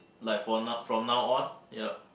like for now from now on yup